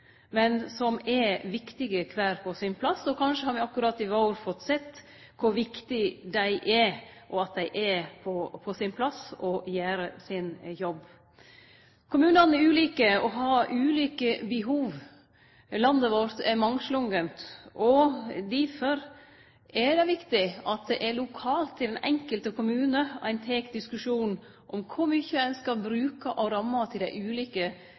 men som er viktige kvar på sin plass. Kanskje har me akkurat i vår fått sett kor viktige dei er, kor viktig det er at dei er på sin plass og gjer sin jobb. Kommunane er ulike og har ulike behov. Landet vårt er mangslunge, og derfor er det viktig at det er lokalt i den enkelte kommune ein tek diskusjonen om kor mykje ein skal bruke av ramma til dei ulike